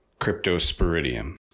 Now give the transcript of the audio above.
cryptosporidium